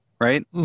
Right